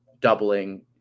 doubling